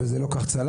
אבל זה לא כל כך צלח.